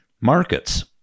markets